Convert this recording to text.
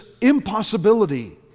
impossibility